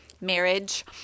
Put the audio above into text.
marriage